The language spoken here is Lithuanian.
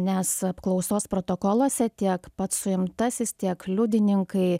nes apklausos protokoluose tiek pats suimtasis tiek liudininkai